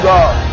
God